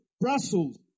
Brussels